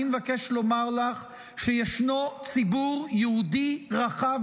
אני מבקש לומר לך שישנו ציבור יהודי רחב